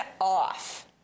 off